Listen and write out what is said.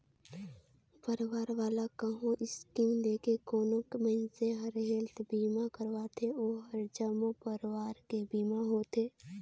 परवार वाला कहो स्कीम लेके कोनो मइनसे हर हेल्थ बीमा करवाथें ओ हर जम्मो परवार के बीमा होथे